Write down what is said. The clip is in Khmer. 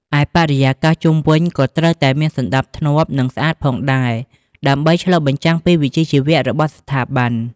ឯបរិយាកាសជុំវិញក៏ត្រូវតែមាន សណ្តាប់ធ្នាប់ និងស្អាតផងដែរ ដើម្បីឆ្លុះបញ្ចាំងពីវិជ្ជាជីវៈរបស់ស្ថាប័ន។